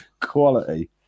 quality